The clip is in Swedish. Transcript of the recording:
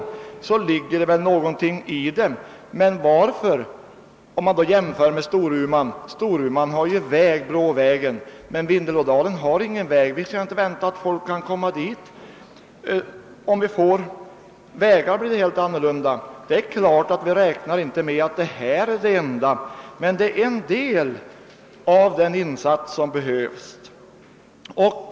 Men om man jämför med Storumans kommunblock måste man fråga sig om inte skillnaden ligger i att Storuman har en väg som Blå vägen, medan Vindelådalen inte har någon väg. Som förhållandena nu är kan folk inte ta sig dit, men om vi får vägar blir allt annorlunda. Det är klart att vi inte räknar bara med detta, men det är dock en del av den insats som behövs.